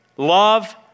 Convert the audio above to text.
Love